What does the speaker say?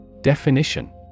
Definition